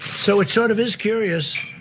so it sort of is curious.